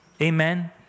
Amen